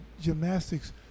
gymnastics